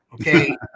Okay